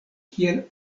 kiel